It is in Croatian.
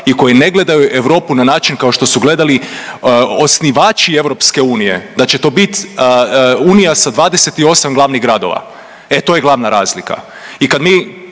i koji ne gledaju Europu na način kao što su gledali osnivači EU, da će to biti unija sa 28 glavnih gradova. E to je glavna razlika